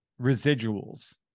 residuals